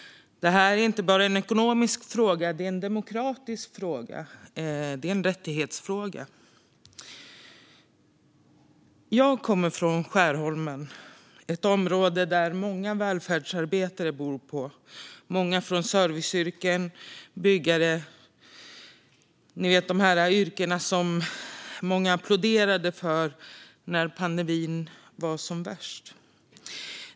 Det här är inte bara en ekonomisk fråga utan det är en demokratisk fråga - en rättighetsfråga. Jag kommer från Skärholmen, ett område där många välfärdsarbetare och många i serviceyrken bor - ni vet de där yrkena som många applåderade åt när pandemin var som värst.